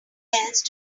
else